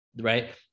right